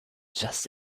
just